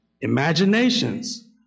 imaginations